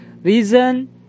reason